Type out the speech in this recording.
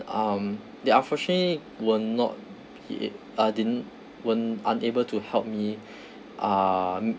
um they unfortunately were not be a~ uh didn't were unable to help me uh